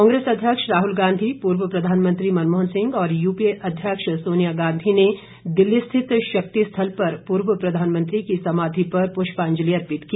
कांग्रेस अध्यक्ष राहुल गांधी पूर्व प्रधानमंत्री मनमोहन सिंह और यूपीए अध्यक्ष सोनिया गांधी ने दिल्ली स्थित शक्ति स्थल पर पूर्व प्रधानमंत्री की समाधि पर पुष्पांजलि अर्पित की